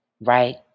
Right